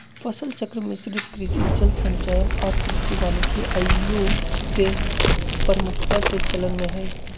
फसल चक्र, मिश्रित कृषि, जल संचयन आऽ कृषि वानिकी आइयो सेहय प्रमुखता से चलन में हइ